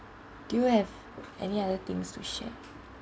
do you have any other things to share